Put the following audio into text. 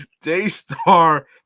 Daystar